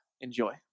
Enjoy